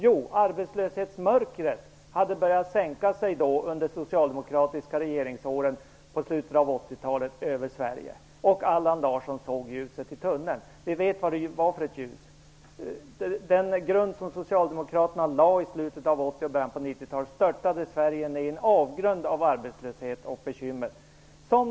Jo, arbetslöshetsmörkret hade börjat sänka sig över Sverige under de socialdemokratiska regeringsåren på slutet av 80-talet, och nu såg Allan Larsson ljuset i tunneln. Vi vet vad det var för ljus. Den grund som Socialdemokraterna lade i slutet av 80-talet och början av 90-talet störtade Sverige i en avgrund av arbetslöshet och bekymmer.